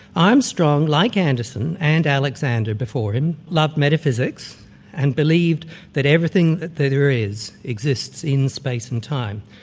armstrong, like anderson and alexander before him loved metaphysics and believed that everything that there is exists in space and time.